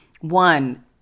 One